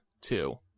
two